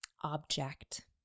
object